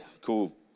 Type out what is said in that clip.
cool